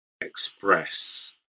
express